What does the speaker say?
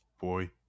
boy